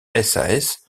sas